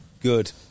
Good